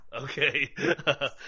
Okay